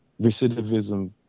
recidivism